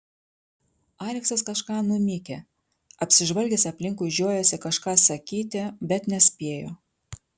aleksas kažką numykė apsižvalgęs aplinkui žiojosi kažką sakyti bet nespėjo